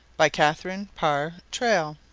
by catharine parr traill